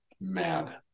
mad